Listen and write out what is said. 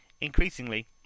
Increasingly